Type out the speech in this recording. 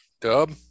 Dub